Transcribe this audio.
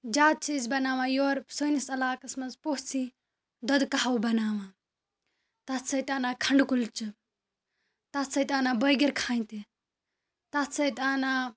زیادٕ چھِ أسۍ بَناوان یور سٲنِس علاقَس منٛز پوٚژھ یِیہِ دۄدٕ کَہوٕ بَناوان تَتھ سۭتۍ اَنان کھَنٛڈٕ کُلچہِ تَتھ سۭتۍ اَنان بٲگِرکھانۍ تہِ تَتھ سۭتۍ اَنان